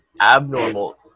abnormal